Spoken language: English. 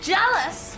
Jealous